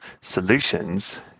solutions